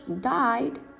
died